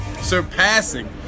surpassing